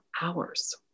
hours